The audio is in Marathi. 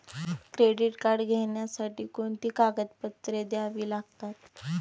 क्रेडिट कार्ड घेण्यासाठी कोणती कागदपत्रे घ्यावी लागतात?